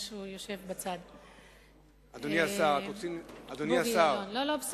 אדוני היושב-ראש, תודה רבה.